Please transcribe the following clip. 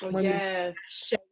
Yes